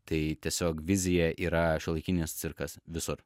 tai tiesiog vizija yra šiuolaikinis cirkas visur